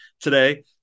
today